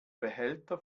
behälter